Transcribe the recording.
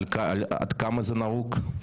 עד כמה זה נהוג,